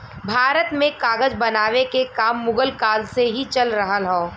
भारत में कागज बनावे के काम मुगल काल से ही चल रहल हौ